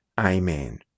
Amen